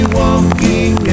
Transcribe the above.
walking